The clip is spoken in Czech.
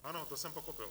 Ano, to jsem pochopil.